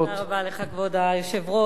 כבוד היושב-ראש,